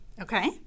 Okay